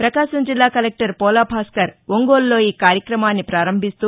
పకాశం జిల్లా కలెక్టర్ పోలాభాస్కర్ ఒంగోలులో ఈ కార్యక్రమాన్ని పారంభిస్తూ